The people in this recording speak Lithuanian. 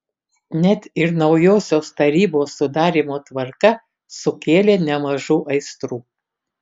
net ir naujosios tarybos sudarymo tvarka sukėlė nemažų aistrų